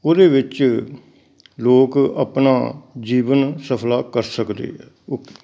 ਉਹਦੇ ਵਿੱਚ ਲੋਕ ਆਪਣਾ ਜੀਵਨ ਸਫਲ ਕਰ ਸਕਦੇ ਹੈ ਓਕੇ